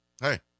hey